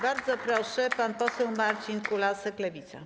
Bardzo proszę, pan poseł Marcin Kulasek, Lewica.